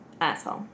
Asshole